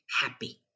happy